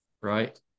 right